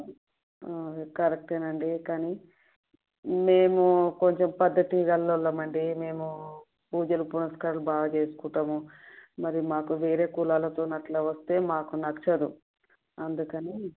correct అండి కానీ మేము కొంచెం పద్ధతి గల వాళ్ళం అండి మేము పూజలు పునస్కారాలు బాగా చేసుకుంటాము మరి మాకు వేరే కులాలతో అట్లా వస్తే మాకు నచ్చదు అందుకని